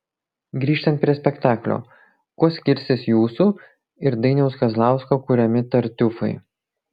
grįžtant prie spektaklio kuo skirsis jūsų ir dainiaus kazlausko kuriami tartiufai